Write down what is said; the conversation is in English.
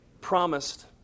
promised